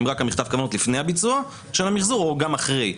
האם רק מכתב הכוונות לפני הביצוע של המחזור או גם אחרי?